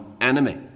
enemy